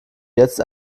jetzt